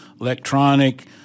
electronic